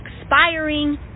expiring